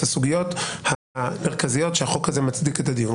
הסוגיות המרכזיות שהחוק הזה מצדיק את הדיון בהן.